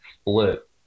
split